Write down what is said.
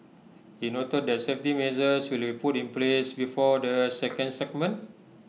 he noted that safety measures will be put in place before the second segment